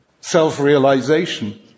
self-realization